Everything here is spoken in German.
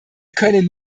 können